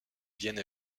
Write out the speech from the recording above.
vienne